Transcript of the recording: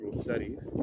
studies